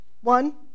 One